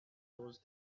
those